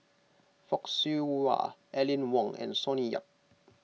Fock Siew Wah Aline Wong and Sonny Yap